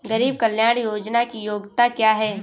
गरीब कल्याण योजना की योग्यता क्या है?